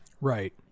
Right